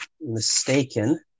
mistaken